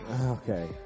Okay